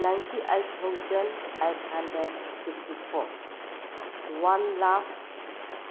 ninety eight thousand eight hundred fifty four one lakhs